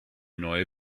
neue